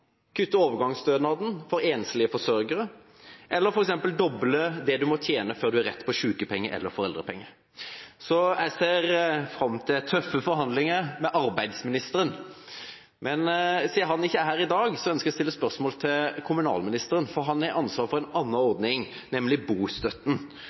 kutte overgangsstønaden for enslige forsørgere eller f.eks. å doble det man må tjene før man har rett på sykepenger eller foreldrepenger, er ikke bra. Jeg ser fram til tøffe forhandlinger med arbeidsministeren, men siden han ikke er her i dag, ønsker jeg å stille spørsmål til kommunalministeren. Han har ansvaret for en